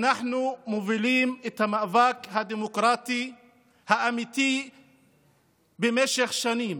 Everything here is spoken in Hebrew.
אנחנו מובילים את המאבק הדמוקרטי האמיתי במשך שנים.